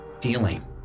feeling